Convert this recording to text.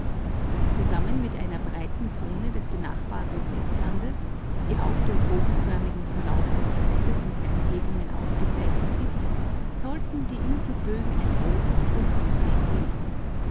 zusammen mit einer breiten zone des benachbarten festlandes die auch durch bogenförmigen verlauf der küste und der erhebungen ausgezeichnet ist sollten die inselbögen ein großes bruchsystem bilden